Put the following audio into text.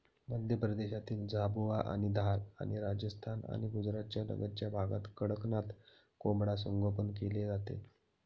मध्य प्रदेशातील झाबुआ आणि धार आणि राजस्थान आणि गुजरातच्या लगतच्या भागात कडकनाथ कोंबडा संगोपन केले जाते